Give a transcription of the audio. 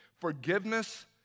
forgiveness